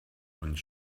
und